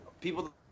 people